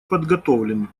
подготовлен